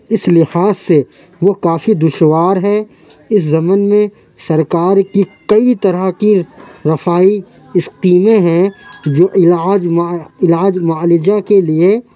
اِس لحاظ سے وہ کافی دشوار ہے اِس ضمن میں سرکار کی کئی طرح کی رفاہی اسکیمیں ہیں جو علاج علاج معالجہ کے لیے